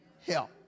help